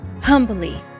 humbly